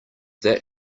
that